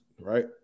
right